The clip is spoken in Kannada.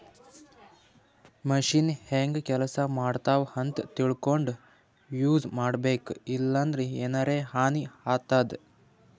ಮಷಿನ್ ಹೆಂಗ್ ಕೆಲಸ ಮಾಡ್ತಾವ್ ಅಂತ್ ತಿಳ್ಕೊಂಡ್ ಯೂಸ್ ಮಾಡ್ಬೇಕ್ ಇಲ್ಲಂದ್ರ ಎನರೆ ಹಾನಿ ಆತದ್